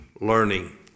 learning